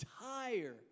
entire